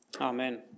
Amen